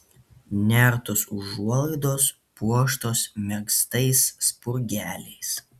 nertos užuolaidos puoštos megztais spurgeliais